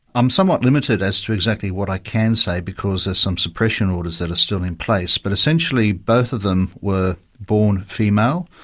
i'm somewhat limited as to exactly what i can say, because there's some suppression orders that are still in place, but essentially both of them were born female,